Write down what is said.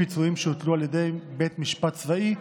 פיצויים שהוטלו על ידי בית משפט צבאי),